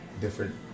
different